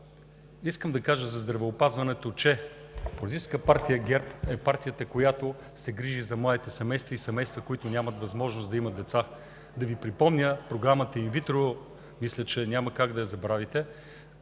искам да кажа за здравеопазването. Политическа партия ГЕРБ е партията, която се грижи за младите семейства и за семейства, които нямат възможност да имат деца – да Ви припомня Програмата инвитро. Мисля, че няма как да я забравите